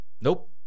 Nope